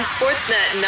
Sportsnet